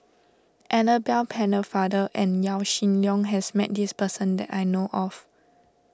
Annabel Pennefather and Yaw Shin Leong has met this person that I know of